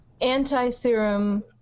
anti-serum